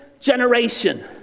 generation